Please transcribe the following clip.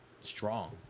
strong